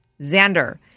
Xander